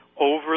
over